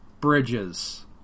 bridges